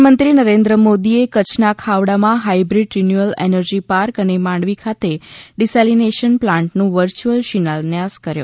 પ્રધાનમંત્રી નરેન્દ્ર મોદીએ કચ્છના ખાવડામાં હાઇબ્રીડ રિન્યુઅલ એનર્જી પાર્ક અને માંડવી ખાતે ડિસેલિનેશન પ્લાન્ટનું વર્ચ્યુઅલ શિલાન્યાસ કર્યો